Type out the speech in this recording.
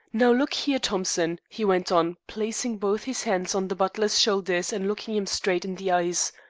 now, look here, thompson, he went on, placing both his hands on the butler's shoulders and looking him straight in the eyes,